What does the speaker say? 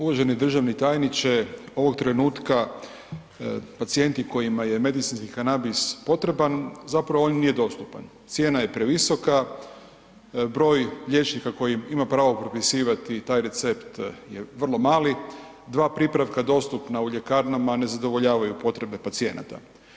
Uvaženi državni tajniče, ovog trenutka pacijenti kojima je medicinski kanabis potreban, zapravo on nije dostupan, cijena je previsoka, broj liječnika koji ima pravo propisivati taj recept je vrlo mali, dva pripravka dostupna u ljekarna ne zadovoljavaju potrebe pacijenata.